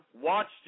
watched